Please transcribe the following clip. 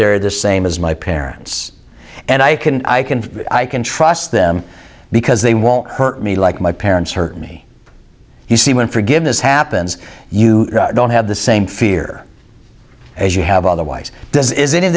they're the same as my parents and i can i can i can trust them because they won't hurt me like my parents hurt me you see when forgiveness happens you don't have the same fear as you have otherwise does is